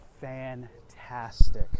fantastic